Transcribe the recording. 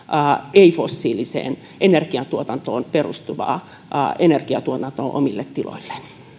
ei fossiiliseen energiantuotantoon perustuvaa energiantuotantoa omille tiloilleen